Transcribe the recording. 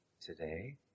Today